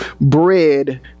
bread